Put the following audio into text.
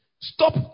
Stop